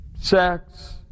sex